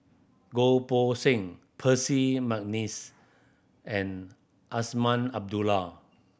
Goh Poh Seng Percy McNeice and Azman Abdullah